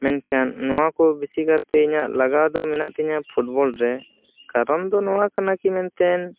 ᱢᱮᱱᱠᱷᱟᱱ ᱱᱚᱣᱟ ᱠᱚ ᱵᱮᱥᱤ ᱠᱟᱨᱛᱮ ᱤᱧᱟᱹᱜ ᱞᱟᱜᱟᱣ ᱫᱚ ᱢᱮᱱᱟᱜ ᱛᱤᱧᱟᱹ ᱯᱷᱩᱴᱵᱚᱞ ᱨᱮ ᱠᱟᱨᱚᱱ ᱫᱚ ᱱᱚᱣᱟ ᱠᱟᱱᱟ ᱠᱤ ᱢᱮᱱᱛᱮᱱ